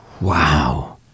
Wow